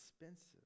expensive